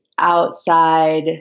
Outside